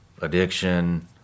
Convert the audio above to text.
addiction